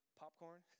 popcorn